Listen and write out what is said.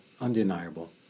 undeniable